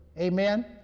Amen